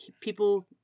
people